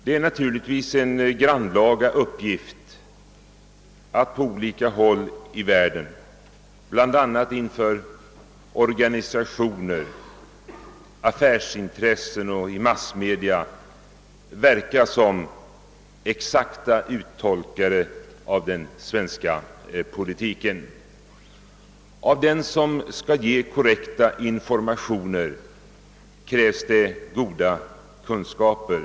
Det är naturligtvis en grannlaga uppgift att på olika håll i världen — bl.a. inför organisationer, inför affärsintressen och massmedia -— verka som exakta uttolkare av den svenska politiken. Av den som skall ge korrekta informationer krävs goda kunskaper.